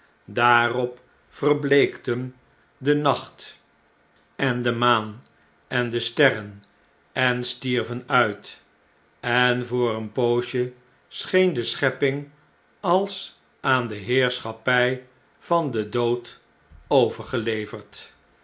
daarop verbleekten de nacht en de maan en de sterren en stierven uit en voor een poosje scheen de schepping als aan de heerscbappjj van den dood overgeleverd